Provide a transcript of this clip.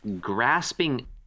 grasping